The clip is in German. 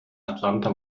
atlanta